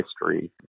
history